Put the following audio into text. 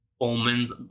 Omen's